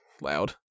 loud